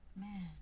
Man